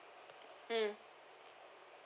mm